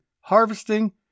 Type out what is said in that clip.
harvesting